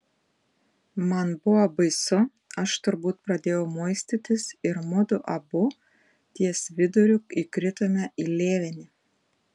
man buvo baisu aš turbūt pradėjau muistytis ir mudu abu ties viduriu įkritome į lėvenį